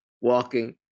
walking